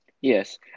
yes